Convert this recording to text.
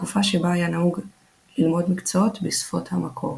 בתקופה שבה היה נהוג ללמוד מקצועות בשפות המקור.